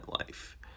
life